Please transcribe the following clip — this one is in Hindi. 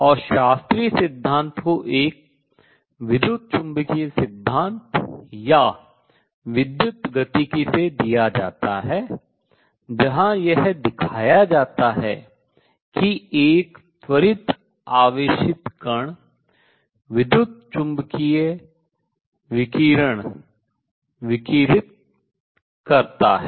और शास्त्रीय सिद्धांत को एक विद्युत चुम्बकीय सिद्धांत या विद्युत् गतिकी से दिया जाता है जहां यह दिखाया जाता है कि एक त्वरित आवेशित कण विद्युत चुम्बकीय विकिरण विकिरित करता है